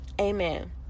amen